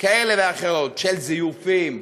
כאלה ואחרות, של זיופים,